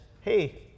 hey